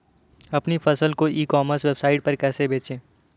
अपनी फसल को ई कॉमर्स वेबसाइट पर कैसे बेचें?